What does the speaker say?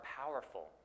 powerful